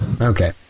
okay